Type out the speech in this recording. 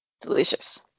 delicious